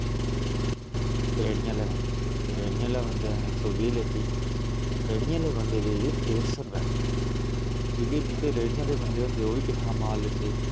रेह्ड़ी आह्लें बंदे रेढियें आह्लें बंदे इक्क सौ बीह् लैती रेह्ड़ी आह्ले बंदे बेचदे डेढ़ सौ रपेआ किलो की के जेह्के रेह्ड़ी आह्ले बंदे होंदे ओह्बी किट्ठा माल लैंदे